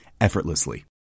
effortlessly